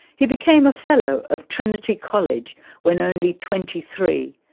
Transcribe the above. he became a fellow of trinity college when only twenty three,